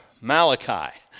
Malachi